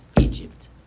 Egypt